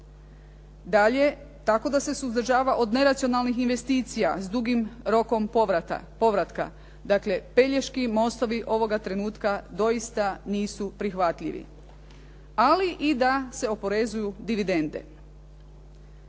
Dalje, tako da se suzdržava od neracionalnih investicija s dugim rokom povratka. Dakle, pelješki mostovi ovoga trenutka doista nisu prihvatljivi, ali i da se oporezuju dividende.